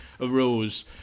arose